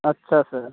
अच्छा सर